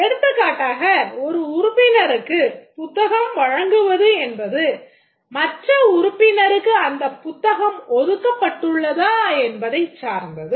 எடுத்துக்காட்டாக ஒரு உறுப்பினருக்குப் புத்தகம் வழங்குவது என்பது மற்ற உறுப்பினருக்கு அப்புத்தகம் ஒதுக்கப்பட்டுள்ளதா என்பதைச் சார்ந்தது